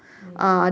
mm